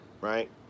right